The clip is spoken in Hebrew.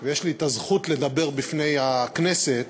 ויש לי הזכות לדבר בפני הכנסת,